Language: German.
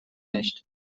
nicht